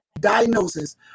diagnosis